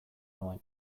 nuen